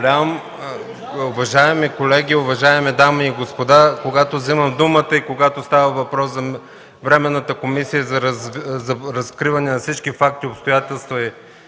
Благодаря